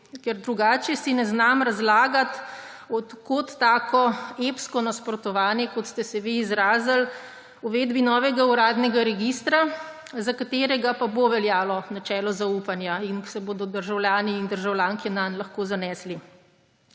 Ker drugače si ne znam razlagati, od kod tako epsko nasprotovanje, kot ste se vi izrazili, uvedbi novega uradnega registra, za katerega pa bo veljalo načelo zaupanja in se bodo državljani in državljanke nanj lahko zanesli.